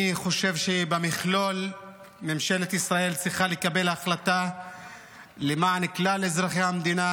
אני חושב שבמכלול ממשלת ישראל צריכה לקבל החלטה למען כלל אזרחי המדינה,